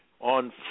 on